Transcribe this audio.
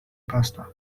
pasta